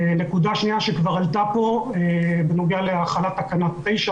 נקודה שניה שכבר עלתה פה בנוגע להחלת תקנה 9,